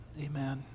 amen